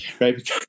Right